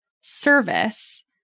service